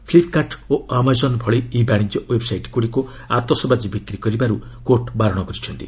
ଫ୍ଲିପ୍କାର୍ଟ୍ ଓ ଆମାଜନ୍ ଭଳି ଇ ବାଶିଜ୍ୟ ଓ୍ୱେବ୍ସାଇଟ୍ଗୁଡ଼ିକୁ ଆତସବାଜି ବିକ୍ରି କରିବାରୁ କୋର୍ଟ ବାରଣ କରିଛନ୍ତି